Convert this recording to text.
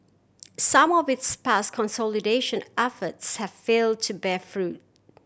some of its past consolidation efforts have fail to bear fruit